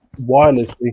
wirelessly